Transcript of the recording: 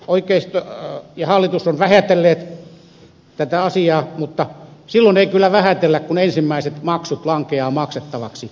oikeisto ja hallitus ovat vähätelleet tätä asiaa mutta silloin ei kyllä vähätellä kun ensimmäiset maksut lankeavat maksettavaksi